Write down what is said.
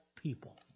people